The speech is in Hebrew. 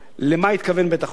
למה התכוון בית-החולים.